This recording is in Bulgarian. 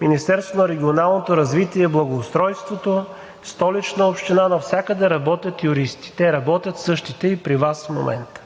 Министерството на регионалното развитие и благоустройството, Столична община – навсякъде работят юристи – същите работят и при Вас в момента.